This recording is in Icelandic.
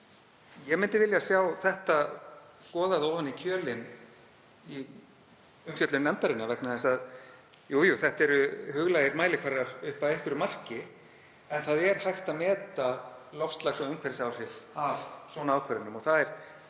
ég myndi vilja sjá það skoðað ofan í kjölinn í umfjöllun nefndarinnar vegna þess að jú, þetta eru huglægir mælikvarðar upp að einhverju marki en það er hægt að meta loftslags- og umhverfisáhrif af svona ákvörðunum. Það er